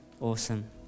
awesome